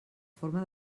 forma